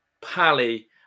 pally